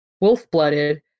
wolf-blooded